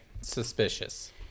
Suspicious